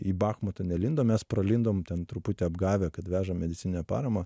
į bachmutą nelindom mes pralindom ten truputį apgavę kad vežam medicininę paramą